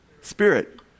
spirit